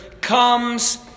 comes